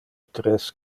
tres